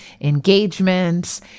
engagements